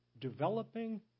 Developing